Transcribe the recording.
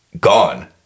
gone